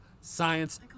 Science